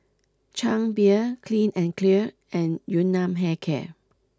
Chang Beer Clean and Clear and Yun Nam Hair Care